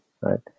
right